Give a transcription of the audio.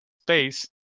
space